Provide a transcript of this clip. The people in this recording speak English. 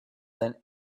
than